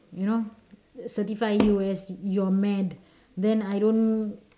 you know certify you as you are mad then I don't